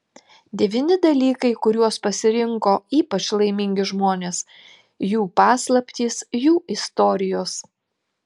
devyni dalykai kuriuos pasirinko ypač laimingi žmonės jų paslaptys jų istorijos